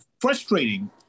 frustrating